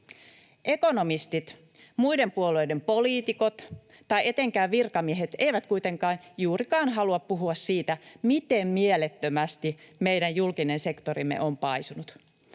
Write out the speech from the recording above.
Ekonomistit, muiden puolueiden poliitikot ja etenkään virkamiehet eivät kuitenkaan juurikaan halua puhua siitä, miten mielettömästi meidän julkinen sektorimme on paisunut.